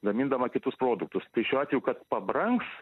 gamindama kitus produktus šiuo atveju kad pabrangs